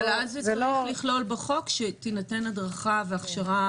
אז צריך לכלול בחוק שתינתן הדרכה והכשרה.